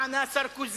מה ענה סרקוזי?